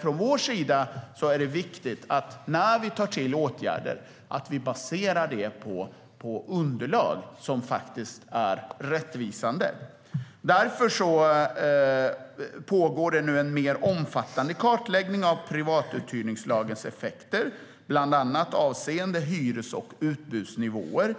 Från vår sida är det viktigt att vi, när vi tar till åtgärder, baserar dem på underlag som faktiskt är rättvisande. Därför pågår det en mer omfattande kartläggning av privatuthyrningslagens effekter, bland annat avseende hyres och utbudsnivåer.